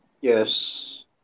Yes